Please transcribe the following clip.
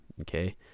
Okay